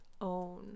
own